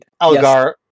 Algar